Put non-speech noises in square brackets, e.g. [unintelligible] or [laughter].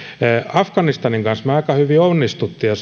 afganistanin kanssa me aika hyvin onnistuimme ja [unintelligible]